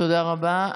תודה רבה.